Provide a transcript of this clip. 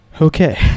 Okay